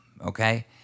Okay